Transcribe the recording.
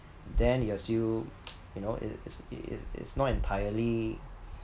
then you are still you know it's it it's not entirely